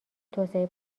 توسعه